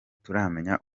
turamenya